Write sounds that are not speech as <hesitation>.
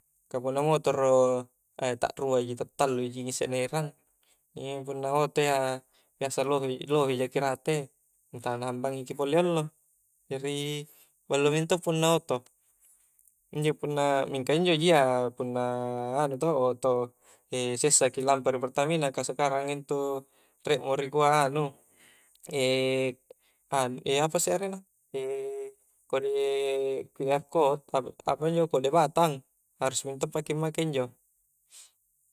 Ka punna motoro ai takrua ji ta tallu ji ngisse na erang <hesitation> injo punna oto iya biasa ohe-biasa lohe jaki rate nu tala na hambangi ki pole allo jari ballo mento punna oto, injo punna mingka injo ji iya punna anu to oto <hesitation> sessaki ampa ri pertamina ka sekarang intu riek mo ri kua anu <hesitation> anu <hesitation> apa isse arenna <hesitation> kode qr cod apa-apanjo kode batang harus mento paki make injo